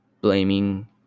blaming